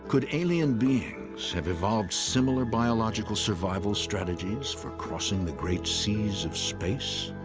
could alien beings have evolved similar biological survival strategies for crossing the great seas of space?